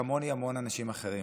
כמוני המון אנשים אחרים.